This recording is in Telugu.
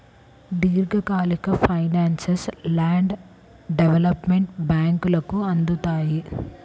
దీర్ఘకాలిక ఫైనాన్స్ను ల్యాండ్ డెవలప్మెంట్ బ్యేంకులు అందిత్తాయి